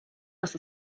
dass